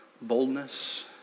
boldness